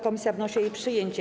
Komisja wnosi o jej przyjęcie.